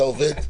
אתה עובד,